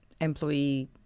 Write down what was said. employee